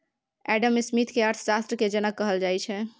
Adam Smith केँ अर्थशास्त्र केर जनक कहल जाइ छै